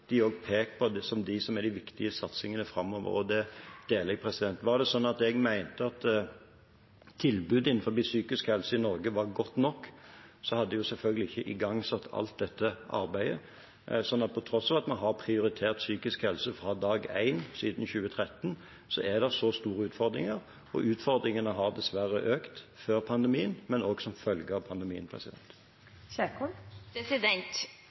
på som de viktige satsingene framover. Det deler jeg. Hadde det vært sånn at jeg mente at tilbudet innenfor psykisk helse i Norge var godt nok, hadde vi selvfølgelig ikke igangsatt alt dette arbeidet. Til tross for at vi har prioritert psykisk helse fra dag én siden 2013, er det så store utfordringer, og utfordringene har dessverre økt før pandemien, men også som følge av pandemien.